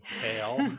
tail